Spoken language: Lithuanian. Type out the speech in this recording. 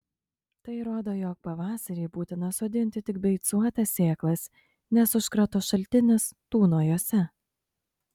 tai rodo jog pavasarį būtina sodinti tik beicuotas sėklas nes užkrato šaltinis tūno jose